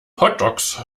hotdogs